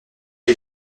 est